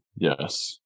Yes